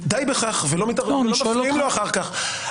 די בכך ולא מפריעים לו אחר כך.